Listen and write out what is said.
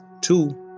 Two